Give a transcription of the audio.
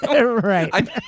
right